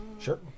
Sure